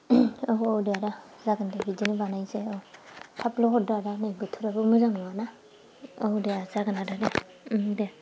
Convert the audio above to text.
औ दा आदा जागोन दे बिदिनो बानायसै औ थाबल' हरदो आदा नै बोथोराबो मोजां नङा ना औ दे जागोन आदा दे दे